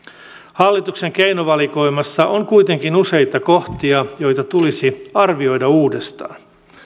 hallituksen keinovalikoimassa on kuitenkin useita kohtia joita tulisi arvioida uudestaan